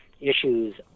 issues